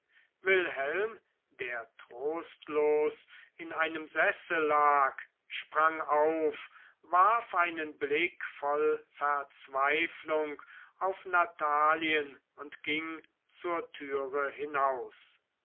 wilhelm der trostlos in einem sessel lag sprang auf warf einen blick voll verzweiflung auf natalien und ging zur türe hinaus